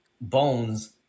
bones